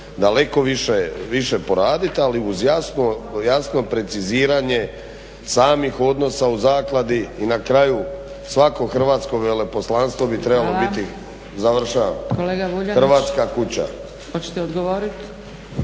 daleko više poradit, ali uz jasno preciziranje samih odnosa u zakladi. I na kraju, svako hrvatsko veleposlanstvo bi trebalo biti hrvatska kuća